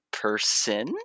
person